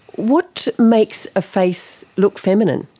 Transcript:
what makes a face look feminine?